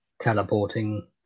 teleporting